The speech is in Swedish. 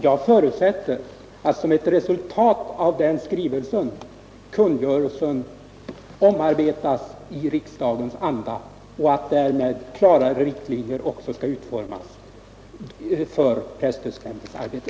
Jag förutsätter att som ett resultat av den skrivelsen kungörelsen kommer att omarbetas i den andan och att därmed klarare riktlinjer också utformas för presstödsnämndens arbete.